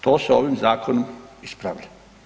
To se ovi zakonom ispravlja.